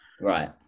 right